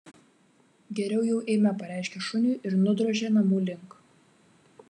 geriau jau eime pareiškė šuniui ir nudrožė namų link